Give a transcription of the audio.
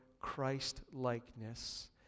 Christ-likeness